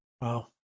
Wow